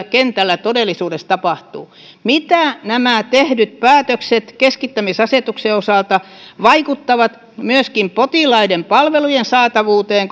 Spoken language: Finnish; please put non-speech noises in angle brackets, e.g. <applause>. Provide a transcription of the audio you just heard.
<unintelligible> kentällä todellisuudessa tapahtuu mitä nämä tehdyt päätökset keskittämisasetuksen osalta vaikuttavat myöskin potilaiden palvelujen saatavuuteen <unintelligible>